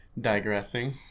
digressing